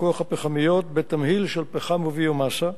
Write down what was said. הכוח הפחמיות בתמהיל של פחם וביו-מאסה.